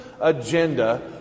agenda